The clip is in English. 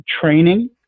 training